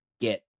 get